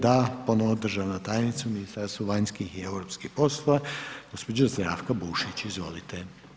Da, ponovo državna tajnica u Ministarstvu vanjskih i europskih poslova gđa. Zdravka Bušić, izvolite.